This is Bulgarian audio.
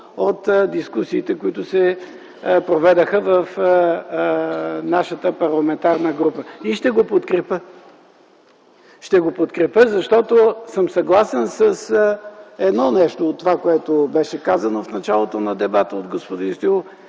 от дискусиите, които се проведоха в нашата парламентарна група, и ще го подкрепя, защото съм съгласен с едно нещо от това, което беше казано в началото на дебата от господин Стоилов